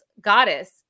goddess